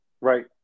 Right